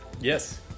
Yes